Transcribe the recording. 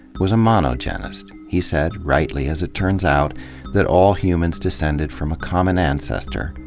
was a monogenist. he said rightly, as it turns out that all humans descended from a common ancestor,